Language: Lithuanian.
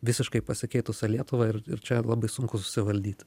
visiškai pasikeitusią lietuvą ir ir čia labai sunku susivaldyti